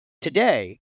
today